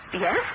Yes